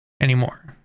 anymore